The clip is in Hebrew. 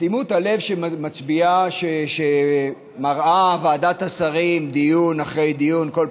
אטימות הלב שמראה ועדת השרים דיון אחרי דיון בכל